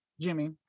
Jimmy